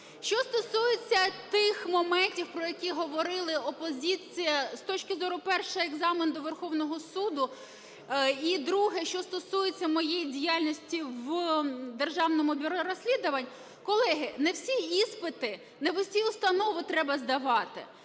Що стосується тих моментів, про які говорила опозиція, з точки зору, перше, екзамен до Верховного Суду і, друге, що стосується моєї діяльності в Державному бюро розслідувань, колеги, не всі іспити не в усі установи треба здавати.